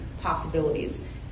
possibilities